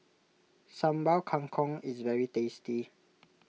Sambal Kangkong is very tasty